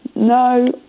No